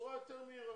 בצורה יותר מהירה.